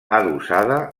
adossada